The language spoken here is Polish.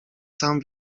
sam